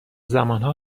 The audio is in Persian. زمانها